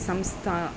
संस्था